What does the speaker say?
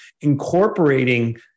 incorporating